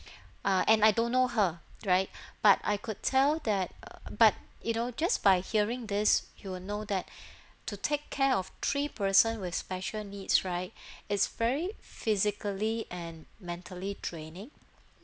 uh and I don't know her right but I could tell that uh but you know just by hearing this you will know that to take care of three person with special needs right is very physically and mentally draining